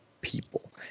people